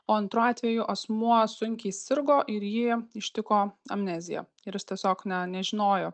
o antru atveju asmuo sunkiai sirgo ir jį ištiko amnezija ir jis tiesiog ne nežinojo